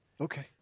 okay